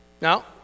Now